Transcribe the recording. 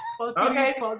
Okay